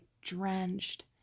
drenched